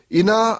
ina